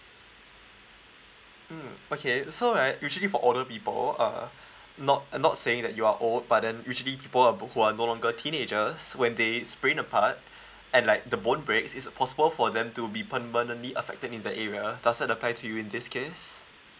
mm okay so right usually for older people uh not not saying that you are old but then usually people are old who are no longer teenagers when they split apart and like the bone breaks it is possible for them to be permanently affected in the area does that apply to you in this case